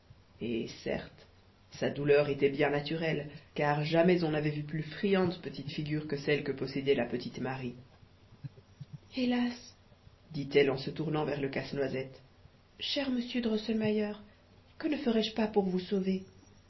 et certes sa douleur était bien naturelle car jamais on n'avait vu plus friandes petites figures que celles que possédait la petite marie hélas dit-elle en se tournant vers le casse-noisette cher monsieur drosselmayer que ne ferais-je pas pour vous sauver